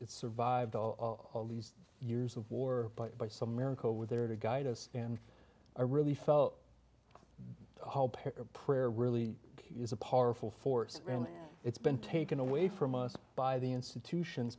it survived all these years of war but by some miracle were there to guide us and i really felt prayer really is a powerful force and it's been taken away from us by the institutions